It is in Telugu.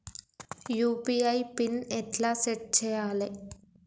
యూ.పీ.ఐ పిన్ ఎట్లా సెట్ చేయాలే?